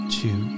two